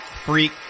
freak